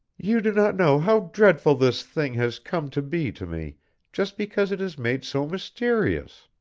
you do not know how dreadful this thing has come to be to me just because it is made so mysterious.